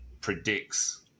predicts